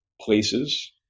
places